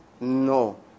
No